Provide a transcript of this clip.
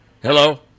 Hello